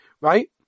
right